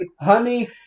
honey